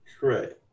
Correct